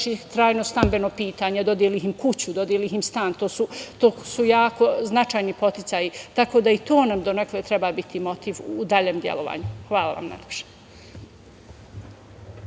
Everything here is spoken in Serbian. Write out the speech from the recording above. trajno stambeno pitanje, dodeli im kuću, dodeli im stan, to su jako značajni podsticaji, tako da nam i to donekle treba biti motiv u daljem delovanju. Hvala vam najlepše.